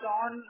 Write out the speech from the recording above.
on